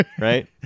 Right